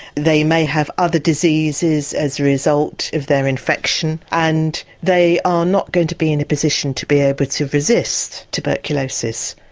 they may have other diseases as a result of their infection and they are not going to be in a position to be able to resist tuberculosis.